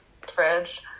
fridge